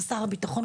גם שר הביטחון,